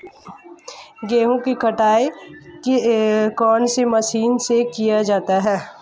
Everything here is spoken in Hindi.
गेहूँ की कटाई कौनसी मशीन से की जाती है?